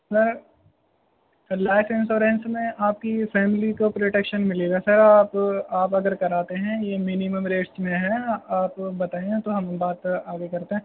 سر life insurance میں آپ کی سیلری کو پروٹیکشن ملے گا سر آپ آپ اگر کراتے ہیں یہ مینیمم ریسٹ میں ہے آپ بتائیں تو ہم بات آگے کرتے ہیں